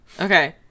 okay